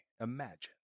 Imagine